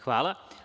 Hvala.